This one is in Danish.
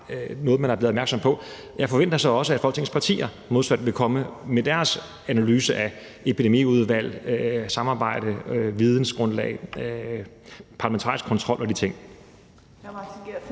noget, man er blevet opmærksom på. Jeg forventer så også, at Folketingets partier modsat vil komme med deres analyse af epidemiudvalgssamarbejde, vidensgrundlag, parlamentarisk kontrol og de ting.